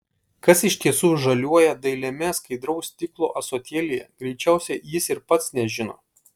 kas iš tiesų žaliuoja dailiame skaidraus stiklo ąsotėlyje greičiausiai jis ir pats nežino